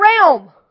realm